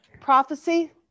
prophecy